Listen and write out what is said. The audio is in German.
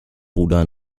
bruder